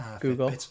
Google